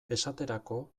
esaterako